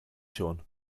schon